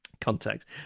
context